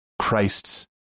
Christ's